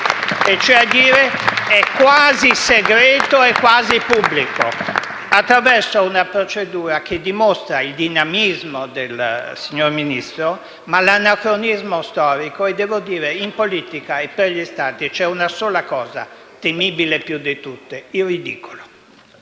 mezzo, ovvero è quasi segreto ed è quasi pubblico, attraverso una procedura che dimostra il dinamismo del signor Ministro, ma anche l'anacronismo storico e devo dire che in politica e tra gli Stati c'è una sola cosa che è temibile più di tutte: il ridicolo.